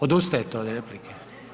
Odustajete od replike?